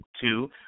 Two